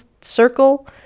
circle